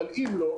אבל אם לא,